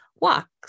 walks